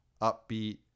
upbeat